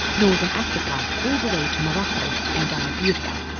northern africa all the way to morocco and iberia.